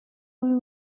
lou